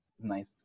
nice